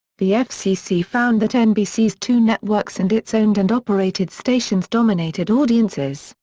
the fcc found that nbc's two networks and its owned-and-operated stations dominated audiences,